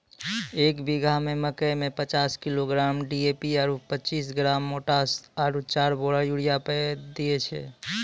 एक बीघा मे मकई मे पचास किलोग्राम डी.ए.पी आरु पचीस किलोग्राम पोटास आरु चार बोरा यूरिया दैय छैय?